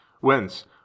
whence